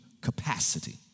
capacity